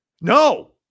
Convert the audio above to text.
No